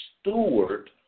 steward